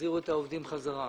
שיחזירו את העובדים בחזרה.